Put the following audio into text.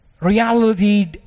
reality